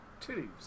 Titties